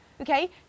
Okay